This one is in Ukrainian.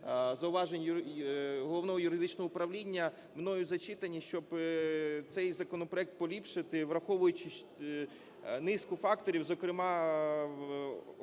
зауважень Головного юридичного управління мною зачитані, щоб цей законопроект поліпшити, враховуючи низку факторів, зокрема